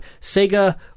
Sega